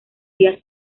días